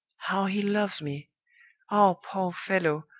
how he loves me ah, poor fellow,